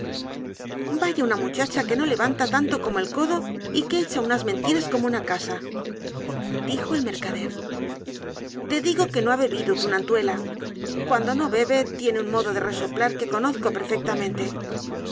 vaya una muchacha que no levanta tanto como el codo y que echa unas mentiras como una casa dijo el mercader te digo que no ha bebido tunantuela cuando no bebe tiene un modo de resoplar que conozco perfectamente